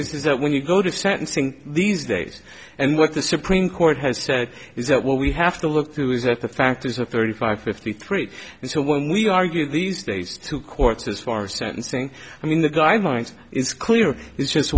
is that when you go to sentencing these days and what the supreme court has said is that what we have to look to is that the factors of thirty five fifty three and so when we argue these days to courts as far sentencing i mean the guidelines it's clear